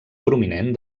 prominent